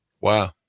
Wow